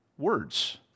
words